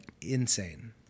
insane